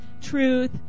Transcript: truth